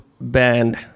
band